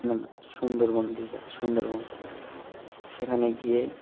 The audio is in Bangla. না না সুন্দরবন দীঘা সুন্দরবনে সেখানে গিয়ে